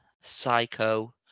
Psycho